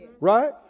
Right